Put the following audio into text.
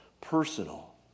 personal